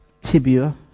tibia